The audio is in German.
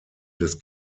des